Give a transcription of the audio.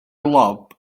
lob